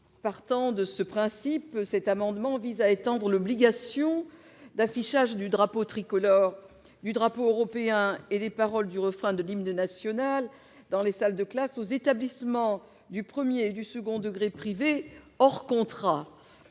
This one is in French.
Partant de ce principe, cet amendement vise à étendre l'obligation d'affichage du drapeau tricolore, du drapeau européen et des paroles du refrain de l'hymne national dans les salles de classe aux établissements des premier et second degrés privés hors contrat.